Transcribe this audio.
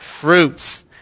fruits